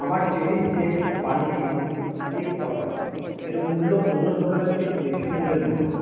আমার Cherishx bunting cake topper এর মূল্য অন্য দোকানের থেকে বেশি মূল্যের মনে হয়